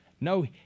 No